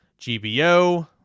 GBO